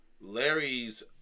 Larry's